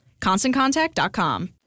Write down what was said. ConstantContact.com